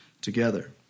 together